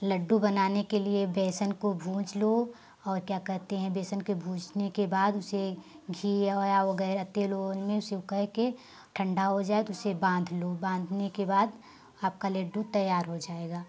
लड्डू बनाने के लिए बेसन को भूंज लो और क्या कहते हैं बेसन के भूजने के बाद उसे घी या वगैरह तेल ओल में उसे वो कर के ठंडा हो जाए तो उसे बाँध लो बाँधने के बाद आपका लड्डू तैयार हो जाएगा